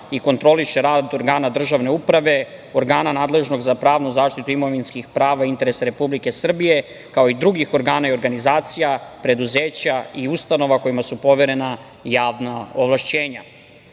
i kontroliše rad organa državne uprave, organa nadležnog za pravnu zaštitu imovinskih prava i interesa Republike Srbije, kao i drugih organa i organizacija, preduzeća i ustanova kojima su poverena javna ovlašćenja.Zaštitnik